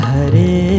Hare